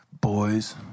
boys